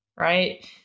Right